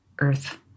earth